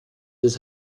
des